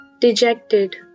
Dejected